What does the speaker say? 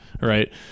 Right